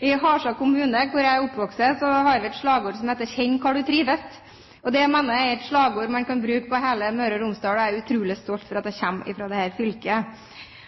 i Halsa kommune hvor jeg er oppvokst, har vi et slagord som heter «kjenn kor du trivest», og det mener jeg er et slagord man kan bruke på hele Møre og Romsdal. Jeg er utrolig stolt over at jeg kommer fra dette fylket.